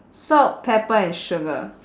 salt pepper and sugar